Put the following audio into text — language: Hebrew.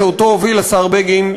שהוביל אותו השר בגין,